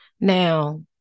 Now